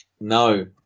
No